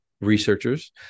researchers